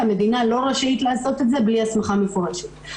המדינה לא רשאית לעשות את זה בלי הסמכה מפורשת.